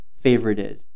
favorited